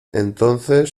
entonces